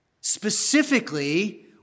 Specifically